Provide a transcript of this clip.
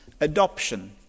Adoption